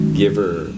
giver